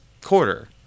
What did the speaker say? quarter